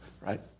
right